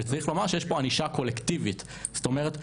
וצריך לומר שיש פה ענישה קולקטיבית זאת אומרת,